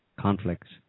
conflicts